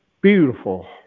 beautiful